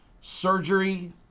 surgery